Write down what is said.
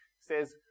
says